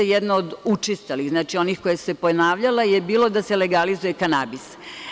Jedna od učestalih, znači onih koje su se ponavljale je bilo da se legalizuje kanabis.